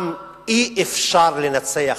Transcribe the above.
עם אי-אפשר לנצח.